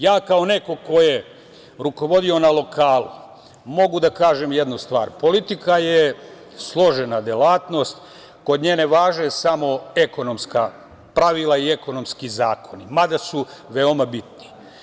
Ja kao neko ko je rukovodio na lokalu mogu da kažem jednu stvar, politika je složena delatnost, kod nje ne važe samo ekonomska pravila i ekonomski zakoni, mada su veoma bitni.